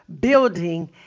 building